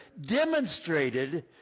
demonstrated